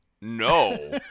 No